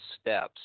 steps